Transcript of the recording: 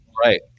Right